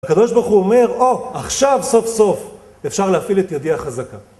הקדוש ברוך הוא אומר, "או, עכשיו סוף סוף אפשר להפעיל את ידי החזקה"